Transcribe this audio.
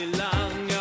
long